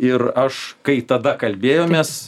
ir aš kai tada kalbėjomės